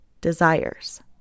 desires